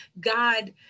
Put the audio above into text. God